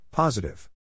Positive